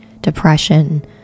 depression